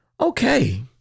Okay